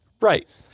Right